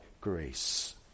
grace